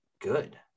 good